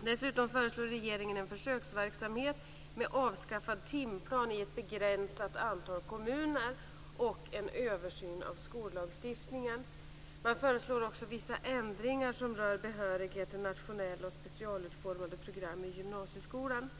Dessutom föreslår regeringen en försöksverksamhet med avskaffad timplan i ett begränsat antal kommuner och en översyn av skollagstiftningen. Man föreslår också vissa ändringar avseende behörighet till nationella och specialutformade program i gymnasieskolan.